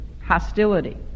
hostility